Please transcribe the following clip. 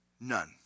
None